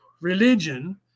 religion